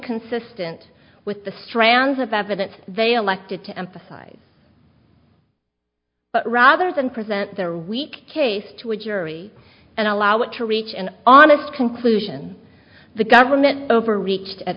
consistent with the strands of evidence they elected to emphasize rather than present their weak case to a jury and allow it to reach an honest conclusion the government overreached at